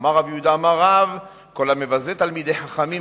אמר רב יהודה אמר רב: כל המבזה תלמידי חכמים,